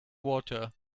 water